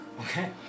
Okay